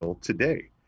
today